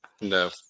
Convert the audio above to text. No